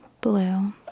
blue